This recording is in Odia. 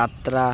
ଯାତ୍ରା